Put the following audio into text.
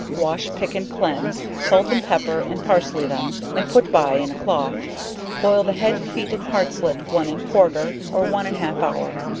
wash, pick and cleanse, salt and pepper and parsley them and put bye in a cloth boil the head, feet and heartslet one and quarter, or one and half hour,